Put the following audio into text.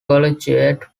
collegiate